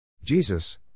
Jesus